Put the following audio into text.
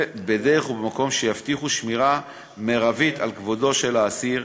בדרך ובמקום שיבטיחו שמירה מרבית על כבודו של האסיר,